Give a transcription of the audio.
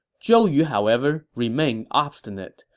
zhou yu, however, remained obstinate,